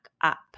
up